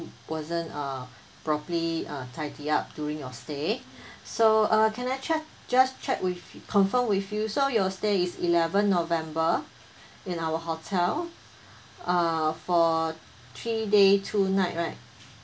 wasn't uh properly uh tidy up during your stay so uh can I check just check with confirm with you so you're stay is eleven november in our hotel uh for three day two night right